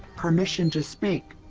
permission to speak,